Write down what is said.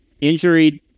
injured